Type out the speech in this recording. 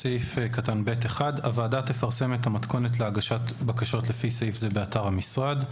(ב1) הוועדה תפרסם את המתכונת להגשת בקשות לפי סעיף זה באתר המשרד.